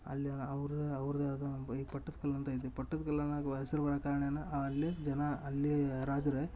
ಅಲ್ಲಿ ಅವ್ರ ಅವ್ರ್ದೆ ಆದ ಈ ಪಟ್ಟದಕಲ್ಲಂಥ ಇದೆ ಪಟ್ಟದಕಲ್ಲನಾಗ ವ ಹೆಸರು ಬರ ಕಾರಣ ಏನ ಅಲ್ಲಿ ಜನ ಅಲ್ಲಿ ರಾಜರೇ